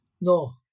No